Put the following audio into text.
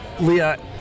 Leah